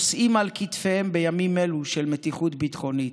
נושאים על כתפיהם בימים אלו של מתיחות ביטחונית.